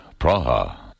Praha